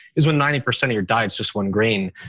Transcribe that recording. is when ninety percent of your diet's just one grain.